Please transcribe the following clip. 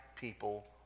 people